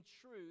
truth